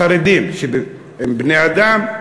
החרדים, שהם בני-אדם.